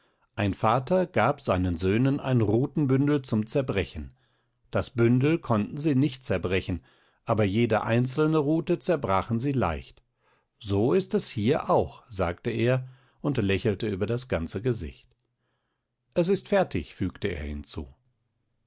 ein vater gab seinen söhnen ein rutenbündel zum zerbrechen das bündel konnten sie nicht zerbrechen aber jede einzelne rute zerbrachen sie leicht so ist es hier auch sagte er und lächelte über das ganze gesicht es ist fertig fügte er hinzu